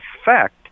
effect